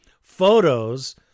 photos